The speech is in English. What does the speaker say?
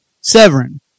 Severin